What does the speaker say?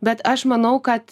bet aš manau kad